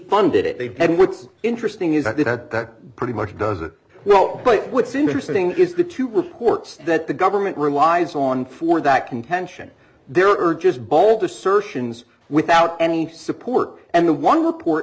defunded it they did what's interesting is that they've had pretty much does it well but what's interesting is the two reports that the government relies on for that contention there are just bald assertions without any support and the one report